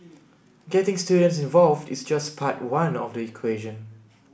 getting students involved is just part one of the equation